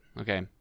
okay